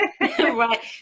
Right